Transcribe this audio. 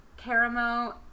Caramo